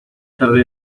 tarde